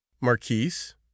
marquise